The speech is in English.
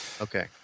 Okay